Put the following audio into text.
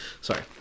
sorry